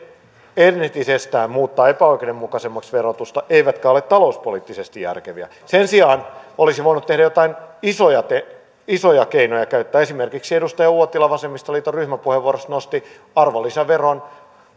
entisestään muuttavat epäoikeudenmukaisemmaksi verotusta eivätkä ole talouspoliittisesti järkeviä sen sijaan olisi voinut joitain isoja keinoja käyttää esimerkiksi edustaja uotila vasemmistoliiton ryhmäpuheenvuorossa nosti arvonlisäveron